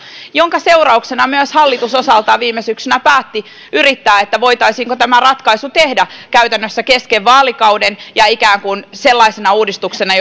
minkä seurauksena myös hallitus osaltaan viime syksynä päätti yrittää voitaisiinko tämä ratkaisu tehdä käytännössä kesken vaalikauden ja ikään kuin sellaisena uudistuksena